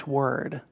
word